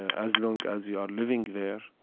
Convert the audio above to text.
as long as you are living there,